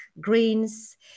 greens